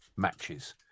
matches